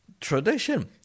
tradition